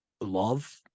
love